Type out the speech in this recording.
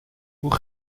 hoe